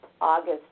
August